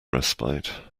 respite